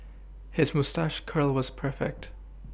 his moustache curl was perfect